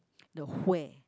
the where